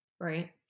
right